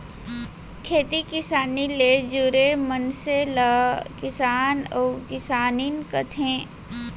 खेती किसानी ले जुरे मनसे ल किसान अउ किसानिन कथें